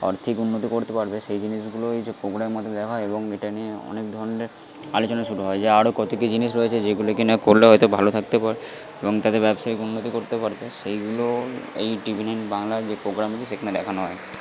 আর্থিক উন্নতি করতে পারবে সেই জিনিসগুলোই যে প্রোগ্রামের মাধ্যমে দেখানো হয় এবং এটা নিয়ে অনেক ধরনের আলোচনা শুরু হয় যে আর আরও কত কি জিনিস রয়েছে যেগুলোকে না করলে হয়ত ভালো থাকতে পারে এবং তাদের ব্যবসায়িক উন্নতি করতে পারবে সেইগুলো এই টি ভি নাইন বাংলার যে পোগ্রামগুলি সেখানে দেখানো হয়